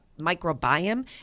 microbiome